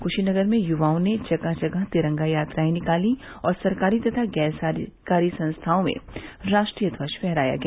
क्शीनगर में युवाओं ने जगह जगह तिरंगा यात्राएं निकालीं और सरकारी तथा गैर सरकारी संस्थाओं में राष्ट्रीय ध्वज फहराया गया